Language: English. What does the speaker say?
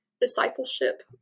discipleship